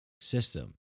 system